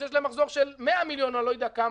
שיש להם מחזור של 100 מיליון או אני לא יודע כמה,